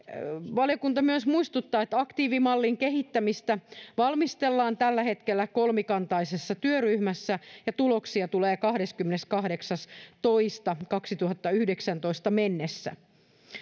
valiokunta myös muistuttaa että aktiivimallin kehittämistä valmistellaan tällä hetkellä kolmikantaisessa työryhmässä ja tuloksia tulee kahdeskymmeneskahdeksas toista kaksituhattayhdeksäntoista mennessä